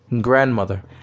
Grandmother